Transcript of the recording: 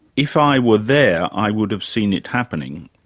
if i were there, i would've seen it happening,